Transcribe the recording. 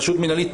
רשות מנהלית,